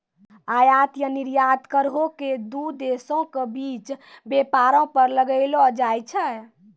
आयात या निर्यात करो के दू देशो के बीच व्यापारो पर लगैलो जाय छै